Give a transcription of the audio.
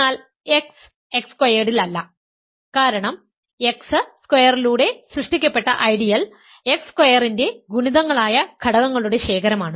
എന്നാൽ x x സ്ക്വയേർഡിലല്ല കാരണം x സ്ക്വയറിലൂടെ സൃഷ്ടിക്കപ്പെട്ട ഐഡിയൽ x സ്ക്വയറിന്റെ ഗുണിതങ്ങളായ ഘടകങ്ങളുടെ ശേഖരമാണ്